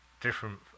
different